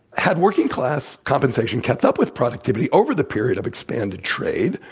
had working class compensation kept up with productivity over the period of expanded trade,